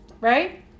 right